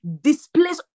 displace